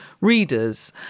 readers